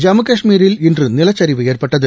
ஜம்மு கஷ்மீரில் இன்று நிலச்சரிவு ஏற்பட்டது